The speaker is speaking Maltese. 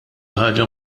ħaġa